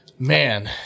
Man